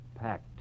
pact